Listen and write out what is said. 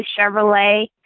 Chevrolet